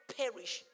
perish